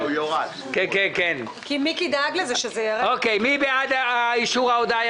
מי בעד אישור ההודעה?